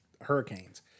hurricanes